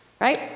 Right